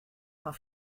fan